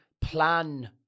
plan